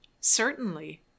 Certainly